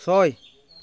ছয়